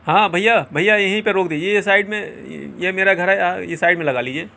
ہاں بھیا بھیا یہیں پہ روک دیجیے یہ سائڈ میں یہ میرا گھر ہے یہ سائڈ میں لگا لیجیے